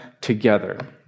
together